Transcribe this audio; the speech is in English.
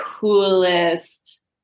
coolest